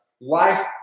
life